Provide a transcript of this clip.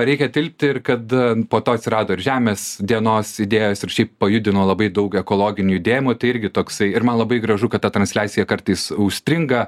reikia tilpti ir kad po to atsirado ir žemės dienos idėjos ir šiaip pajudino labai daug ekologinių judėjimų tai irgi toksai ir man labai gražu kad ta transliacija kartais užstringa